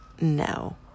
No